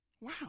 Wow